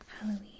Halloween